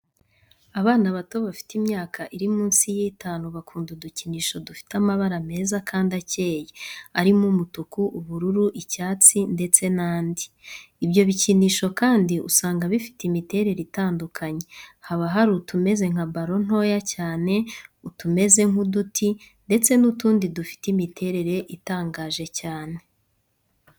Abana bato bafite imyaka iri munsi y'itanu bakunda udukinisho dufite amabara meza kandi acyeye, arimo umutuku, ubururu, icyatsi, ndetse nandi. ibyo bikinisho kandi usanga bifite imiterere itandukanye, haba hari utumeze nka baro ntoya cyane, utumeze nk' uduti ndetse nutundi dufite imiterere itangaje cyane.